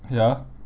ya